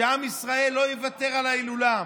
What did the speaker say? שעם ישראל לא יוותר על ההילולה.